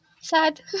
sad